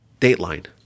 dateline